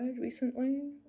recently